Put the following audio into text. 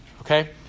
Okay